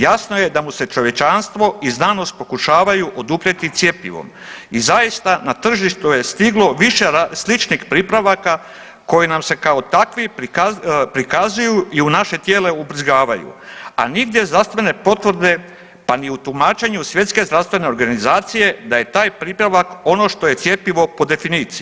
Jasno je da mu se čovječanstvo i znanost pokušavaju oduprijeti cjepivom i zaista na tržištu je stiglo više sličnih pripravaka koji nam se kao takvi prikazuju i u naše tijelo ubrizgavaju, a nigdje znanstvene potvrde pa ni u tumačenju Svjetske zdravstvene organizacije da je taj pripravak ono što je cjepivo po definiciji.